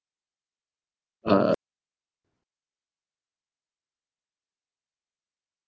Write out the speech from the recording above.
uh